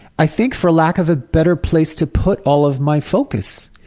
i think for lack of a better place to put all of my focus.